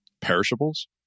perishables